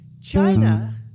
China